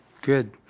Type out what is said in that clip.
Good